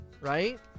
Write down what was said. right